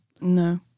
No